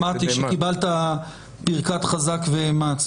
שמעתי שקיבלת ברכת חזק ואמץ.